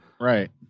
Right